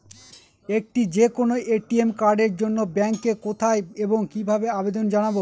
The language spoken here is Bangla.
একটি যে কোনো এ.টি.এম কার্ডের জন্য ব্যাংকে কোথায় এবং কিভাবে আবেদন জানাব?